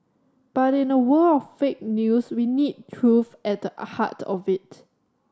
but in a world of fake news you need truth at the a heart of it